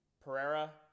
Pereira